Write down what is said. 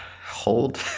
Hold